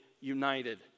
united